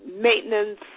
maintenance